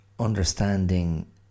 understanding